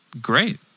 Great